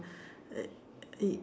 uh it